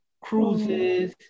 cruises